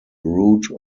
route